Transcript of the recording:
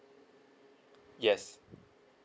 yes